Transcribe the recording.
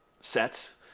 sets